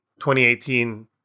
2018